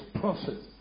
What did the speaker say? process